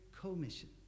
commission